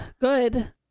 Good